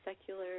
secular